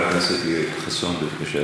חבר הכנסת יואל חסון, בבקשה,